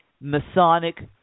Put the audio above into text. Masonic